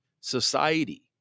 society